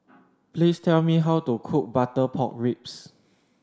please tell me how to cook butter pork ribs